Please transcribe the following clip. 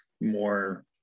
more